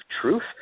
truth